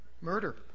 Murder